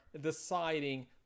deciding